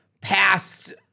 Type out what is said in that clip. past